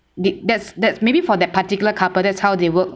the that's that's maybe for that particular couple that's how they work